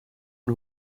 een